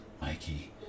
Mikey